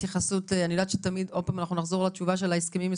אני יודעת שעוד פעם אנחנו נחזור לתשובה של ה-הסכמים,